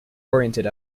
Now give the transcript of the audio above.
oriented